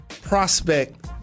prospect